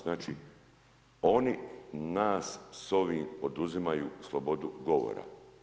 Znači oni nas s ovim oduzimaju slobodu govora.